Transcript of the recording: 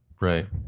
Right